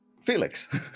Felix